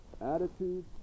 attitude